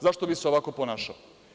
Zašto bi se ovako ponašao?